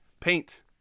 paint